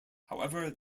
however